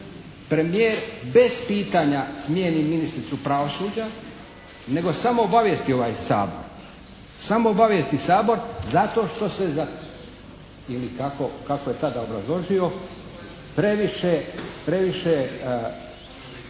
premijer bez pitanja smjeni ministricu pravosuđa nego samo obavijesti ovaj Sabor. Samo obavijesti Sabor zato što se za, ili kako, kako je tada obrazložio previše,